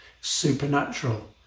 Supernatural